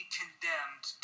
condemned